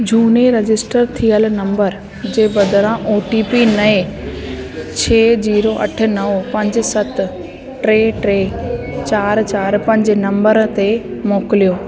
झूने रजिस्टर थियल नंबर जे बदिरां ओ टी पी नएं छह ॿुड़ी अठ नव पंज सत टे टे चारि चारि पंज नंबर ते मोकिलियो